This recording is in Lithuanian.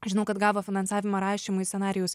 žinau kad gavo finansavimą rašymui scenarijaus